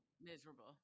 Miserable